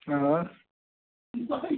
آ